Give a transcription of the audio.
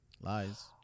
Lies